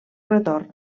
retorn